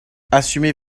assumez